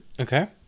Okay